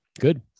Good